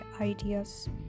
ideas